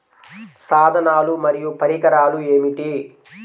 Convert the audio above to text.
సాధనాలు మరియు పరికరాలు ఏమిటీ?